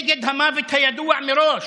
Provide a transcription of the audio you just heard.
נגד המוות הידוע מראש,